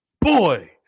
Boy